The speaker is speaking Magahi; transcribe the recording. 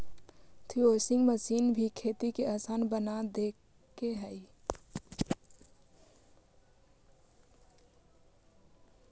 थ्रेसिंग मशीन भी खेती के आसान बना देके हइ